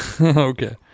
Okay